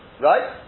right